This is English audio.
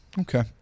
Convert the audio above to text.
Okay